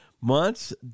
months